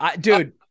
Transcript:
Dude